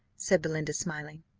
said belinda, smiling.